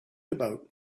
about